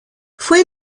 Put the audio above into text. fue